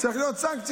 צריכות להיות סנקציות.